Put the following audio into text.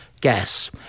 gas